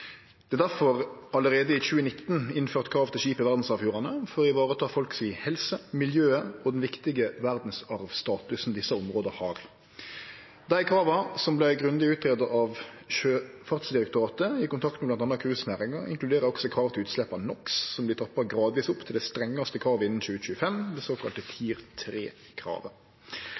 Det vart difor allereie i 2019 innført krav til skip i verdsarvfjordane for å vareta folk si helse, miljøet og den viktige verdsarvstatusen desse områda har. Dei krava, som vart grundig greidde ut av Sjøfartsdirektoratet i kontakt med bl.a. cruisenæringa, inkluderer også krav til utslepp av NOx som vert trappa gradvis opp til det strengaste kravet innan 2025, det såkalla